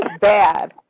bad